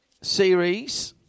series